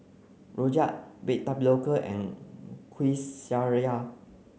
Rojak baked Tapioca and Kueh Syara